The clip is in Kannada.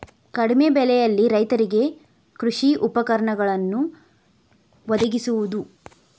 ಕಡಿಮೆ ಬೆಲೆಯಲ್ಲಿ ರೈತರಿಗೆ ಕೃಷಿ ಉಪಕರಣಗಳನ್ನು ವದಗಿಸುವದು